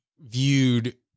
viewed